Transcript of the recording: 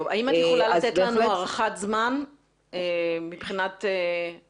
האם את יכולה לתת לנו הערכת זמן מבחינת איפה